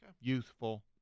Youthful